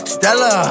Stella